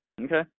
Okay